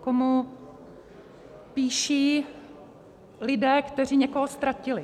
komu píší lidé, kteří někoho ztratili.